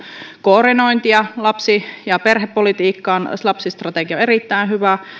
koordinointia lapsi ja perhepolitiikkaan ja myös lapsistrategia on erittäin hyvä